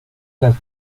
las